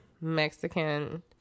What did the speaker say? Mexican